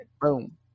Boom